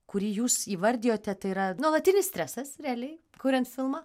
kurį jūs įvardijote tai yra nuolatinis stresas realiai kuriant filmą